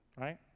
right